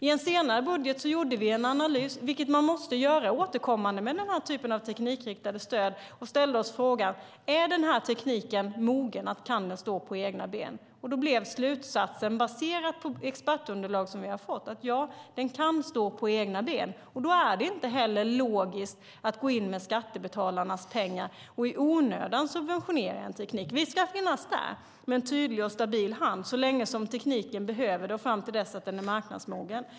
I en senare budget gjorde vi en analys, vilket man måste göra återkommande med den här typen av teknikriktade stöd. Vi ställde oss frågan: Är den här tekniken mogen, och kan den stå på egna ben? Slutsatsen baserat på det expertunderlag som vi har fått blev: Ja, den kan stå på egna ben. Det är då inte logiskt att gå in med skattebetalarnas pengar och i onödan subventionera en teknik. Vi ska finnas där med en tydlig och stabil hand så länge som tekniken behöver det och fram till dess att den är marknadsmogen.